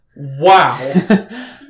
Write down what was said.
Wow